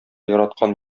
яраткан